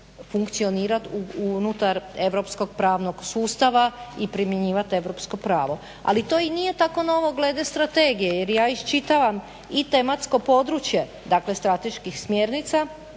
funkcionirat unutar europskog pravnog sustava i primjenjivat europsko pravo. Ali to i nije tako novo glede strategije, jer ja iščitavam i tematsko područje, dakle strateških smjernica